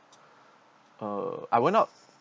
uh I will not